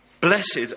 Blessed